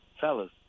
fellas